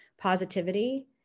positivity